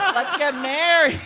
let's get married.